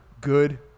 good